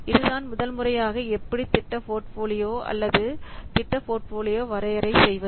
இதுதான் முதல்முறையாக எப்படி திட்ட போர்ட்போலியோ அல்லது திட்ட போர்ட்ஃபோலியோ வரையறை செய்வது